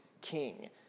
king